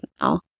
now